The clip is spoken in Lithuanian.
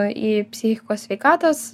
į psichikos sveikatos